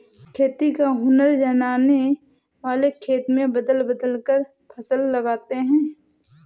खेती का हुनर जानने वाले खेत में बदल बदल कर फसल लगाते हैं